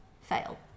fail